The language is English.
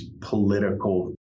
political